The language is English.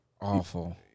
awful